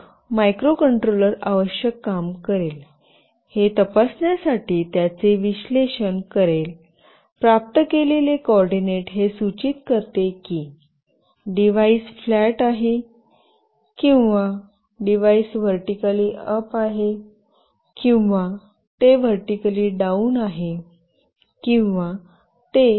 मग मायक्रोकंट्रोलर आवश्यक काम करेल हे तपासण्यासाठी त्याचे विश्लेषण करेल प्राप्त केलेले कोऑर्डिनेट हे सूचित करते की डिव्हाइस फ्लॅट आहे किंवा डिव्हाइस व्हर्टीकली अप आहे किंवा ते व्हर्टीकली डाउन आहे किंवा ते